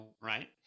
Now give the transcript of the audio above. right